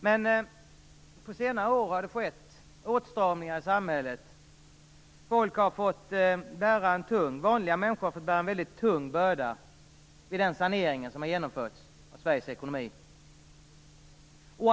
Men under senare år har det skett åtstramningar i samhället, och vanliga människor har fått bära en tung börda under den sanering av Sveriges ekonomi som har genomförts.